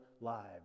lives